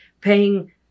paying